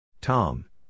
Tom